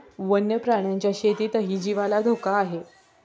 वन्य प्राण्यांच्या शेतीतही जीवाला धोका आहे